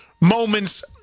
moments